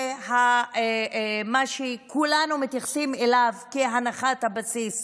ומה שכולנו מתייחסים אליו כהנחת הבסיס,